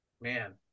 Man